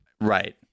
right